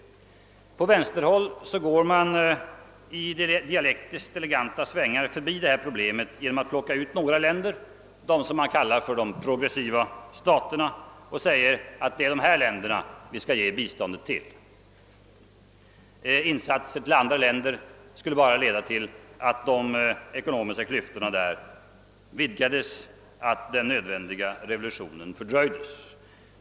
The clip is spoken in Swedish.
På vänsterhåll går man i dialektiskt eleganta svängar förbi det problemet genom att plocka ut några länder — de s.k. progressiva staterna — och säga, att dessa länder skall vi ge bistånd till; insatser i andra länder skulle bara leda till att de ekonomiska klyftorna där vidgas och att den nödvändiga revolutionen fördröjes.